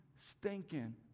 stinking